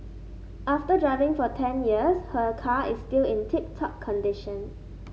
after driving for ten years her car is still in tip top condition